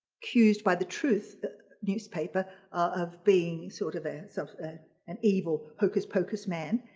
accused by the truth newspaper of being sort of a self an evil hocus-pocus man.